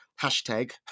hashtag